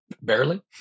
barely